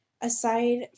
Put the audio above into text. aside